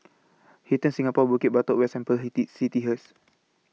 Hilton Singapore Bukit Batok West and Pearl's City hers